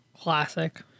Classic